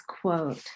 quote